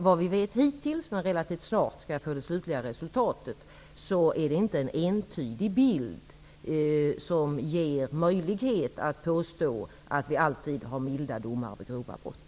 Vad vi vet hittills -- jag kommer relativt snart att få det slutliga resultatet -- är det inte en entydig bild som ger möjlighet att påstå att vi alltid har milda domar vid grova brott.